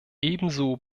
ebenso